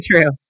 true